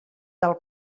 del